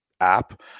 app